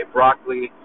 Broccoli